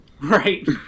Right